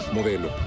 Modelo